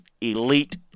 elite